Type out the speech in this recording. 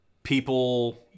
People